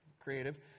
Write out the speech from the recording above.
creative